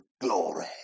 glory